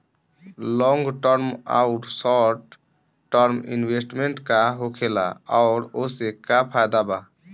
Long term आउर short term investment का होखेला और ओसे का फायदा बा?